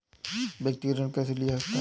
व्यक्तिगत ऋण कैसे लिया जा सकता है?